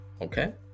okay